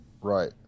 right